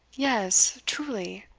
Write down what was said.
yes truly,